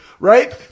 Right